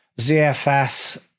ZFS